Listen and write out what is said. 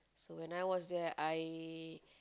so when I was there I